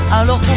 Alors